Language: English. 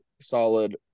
solid